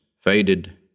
faded